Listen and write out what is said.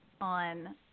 on